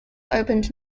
opened